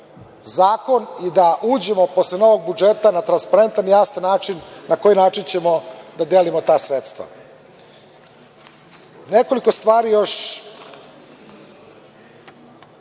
zakon i da uđemo posle novog budžeta na transparentan i jasan način na koji način ćemo da delimo ta sredstva. Nekoliko stvari još,